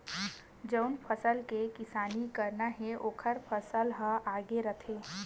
जउन फसल के किसानी करना हे ओखर तरीका ह अलगे रहिथे